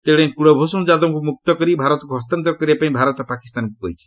ତେଶେ କ୍ଳଭ୍ ଷଣ ଯାଦବଙ୍କୁ ମୁକ୍ତ କରି ଭାରତକୁ ହସ୍ତାନ୍ତର କରିବାପାଇଁ ଭାରତ ପାକିସ୍ତାନକୁ କହିଛି